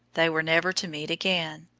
they were never to meet again.